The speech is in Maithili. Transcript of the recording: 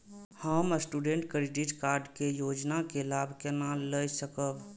हम स्टूडेंट क्रेडिट कार्ड के योजना के लाभ केना लय सकब?